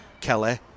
Kelly